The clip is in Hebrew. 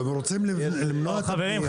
רוצים למנוע את --- חברים,